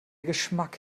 geschmack